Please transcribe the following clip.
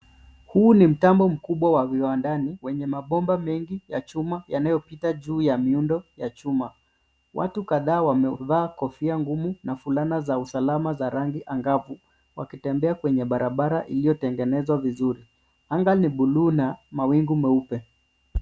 Huu ni mtambo mkubwa wa viwandani wenye mabomba mengi ya chuma yanayopita juu ya miundo ya chuma. Watu kadhaa wamevaa kofia ngumu na fulana za usalama za rangi angavu wakitembea kwenye barabara iliyotengenezwa vizuri. Anga ni buluu na mawingu meupe.